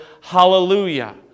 hallelujah